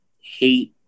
hate